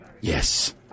Yes